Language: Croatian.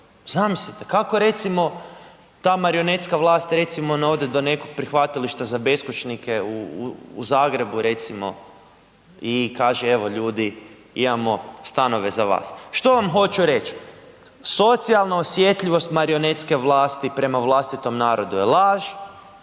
Zamislite. Kako recimo ta marionetska vlast recimo ne ode do nekog prihvatilišta za beskućnike u Zagrebu recimo i kaže evo ljudi imamo stanove za vas. Što vam hoću reći? Socijalna osjetljivost marionetske vlasti prema vlastitom narodu je laž,